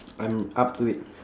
I'm up to it